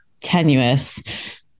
tenuous